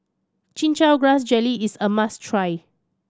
Chin Chow Grass Jelly is a must try